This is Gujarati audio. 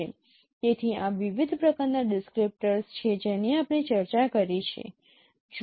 તેથી આ વિવિધ પ્રકારનાં ડિસક્રીપ્ટર્સ છે જેની આપણે ચર્ચા કરી છે